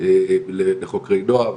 לחוקרי נוער,